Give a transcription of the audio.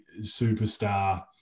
superstar